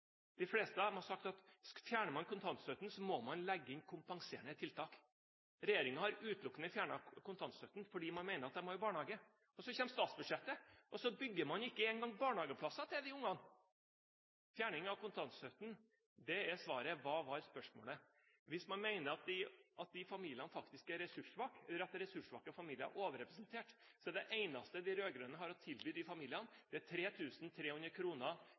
de utvalgene man stadig støtter seg på, har faktisk sagt at fjerner man kontantstøtten, må man legge inn kompenserende tiltak. Regjeringen har utelukkende fjernet kontantstøtten fordi man mener at barna må i barnehage. Så kommer statsbudsjettet, og så bygger man ikke engang barnehageplasser til disse ungene. Fjerning av kontantstøtten er svaret – hva var spørsmålet? Hvis man mener at disse familiene faktisk er ressurssvake, eller at ressurssvake familier er overrepresentert, er 3 300 kr mindre i måneden det eneste de rød-grønne har å tilby de familiene. Det er